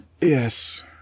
Yes